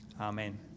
Amen